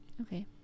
Okay